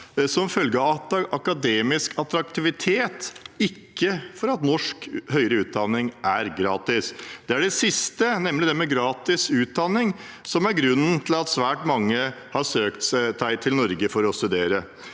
som følge av akademisk attraktivitet, ikke fordi norsk høyere utdanning er gratis. Det er det siste, nemlig det med gratis utdanning, som er grunnen til at svært mange har søkt seg til Norge for å studere.